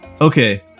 Okay